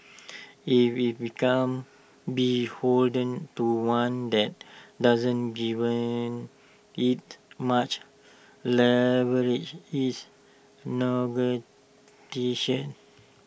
if IT becomes beholden to one that doesn't give IT much leverage is